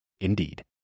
Indeed